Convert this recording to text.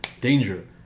danger